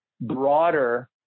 broader